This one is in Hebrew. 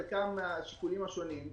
חלקם שיקולים שונים,